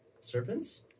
serpents